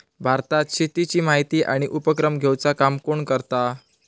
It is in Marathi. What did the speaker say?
भारतात शेतीची माहिती आणि उपक्रम घेवचा काम कोण करता?